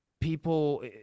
people